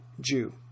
Jew